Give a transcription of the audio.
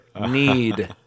need